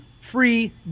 free